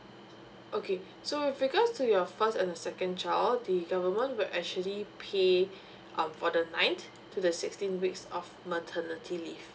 okay so with regards to your first and the second child the government will actually pay um for the ninth to the sixteen weeks of maternity leave